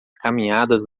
caminhadas